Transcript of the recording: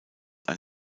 ein